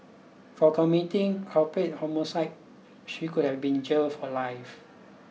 for committing culpable homicide she could have been jailed for life